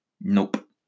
nope